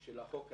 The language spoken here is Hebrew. של החוק הזה,